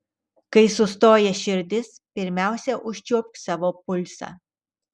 kai sustoja širdis pirmiausia užčiuopk savo pulsą